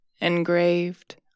engraved